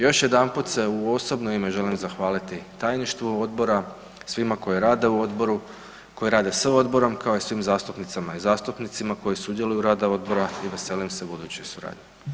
Još jedanput se u osobno ime želim zahvaliti tajništvu odbora, svima koji rade u odboru, koji rade s odborom kao i svim zastupnicama i zastupnicima koji sudjeluju u radu odbora i veselim se budućoj suradnji.